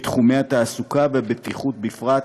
בתחומי התעסוקה והבטיחות בפרט,